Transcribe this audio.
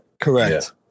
Correct